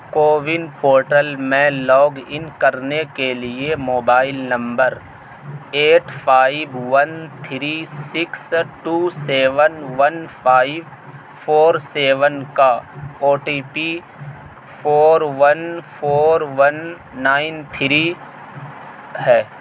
CoWIN portal میں log in کرنے کے لیے mobile number eight five one three six two seven one five four seven کا O T P four one four one nine three ہے